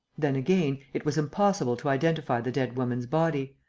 then again, it was impossible to identify the dead woman's body.